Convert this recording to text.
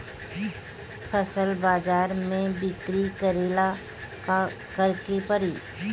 फसल बाजार मे बिक्री करेला का करेके परी?